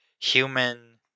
human